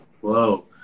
Whoa